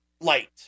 light